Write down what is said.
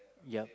ya